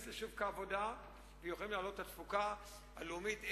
לשוק העבודה ויכולים להעלות את התפוקה הלאומית.